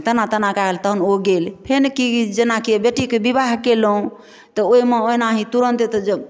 तेना तेना कऽ आएल तहन ओ गेल फेन की जेनाकि बेटीके विवाह कयलहुँ तऽ ओहिमे ओनाही तुरन्त तऽ